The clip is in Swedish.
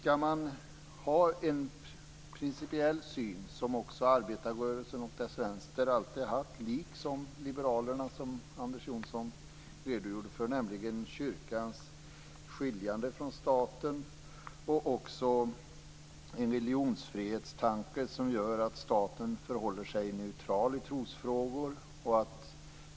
Arbetarrörelsen och dess vänster, liksom liberalerna som Anders Johnson redogjorde för, har alltid haft en principiell syn på kyrkans skiljande från staten. Vi har också en religionsfrihetstanke som innebär att staten förhåller sig neutral i trosfrågor.